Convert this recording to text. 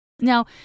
Now